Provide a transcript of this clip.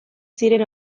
ziren